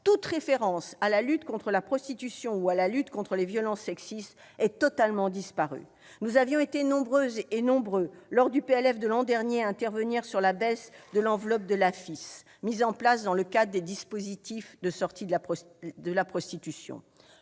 toute référence à la lutte contre la prostitution ou à la lutte contre les violences sexistes ait totalement disparu. Nous avions été nombreuses et nombreux, lors de l'examen du PLF de l'an dernier, à intervenir sur la baisse de l'enveloppe de l'AFIS, mise en place dans le cadre des dispositifs de sortie de la prostitution.